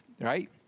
right